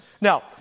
Now